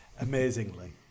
amazingly